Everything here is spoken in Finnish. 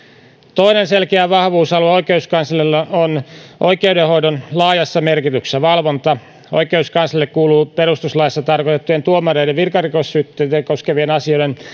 toinen selkeä vahvuusalue oikeuskanslerilla on oikeudenhoidon laajassa merkityksessä valvonta oikeuskanslerille kuuluu perustuslaissa tarkoitettujen tuomareiden virkarikossyytteitä koskevien asioiden